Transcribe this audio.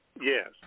yes